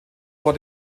vor